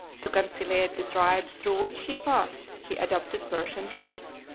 to conciliate the tribes through which he passed, he adopted persian dress.